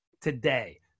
today